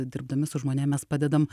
dirbdami su žmonėm mes padedam